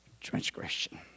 Transgression